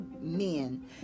men